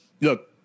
Look